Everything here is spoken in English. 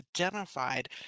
identified